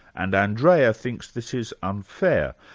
and andrea thinks this is unfair.